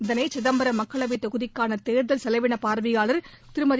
இதனை சிதம்பரம் மக்களவை தொகுதிக்கான தேர்தல் செலவினப் பார்வையாளர் திருமதி